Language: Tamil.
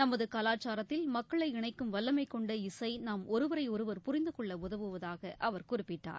நமது கலாச்சாரத்தில் மக்களை இணைக்கும் வல்லமை கொண்ட இசை நாம் ஒருவரையொருவர் புரிந்து கொள்ள உதவுவதாக அவர் குறிப்பிட்டார்